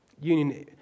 Union